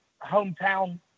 hometown